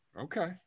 okay